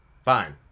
fine